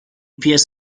pies